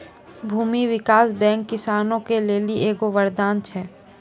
भूमी विकास बैंक किसानो के लेली एगो वरदान छै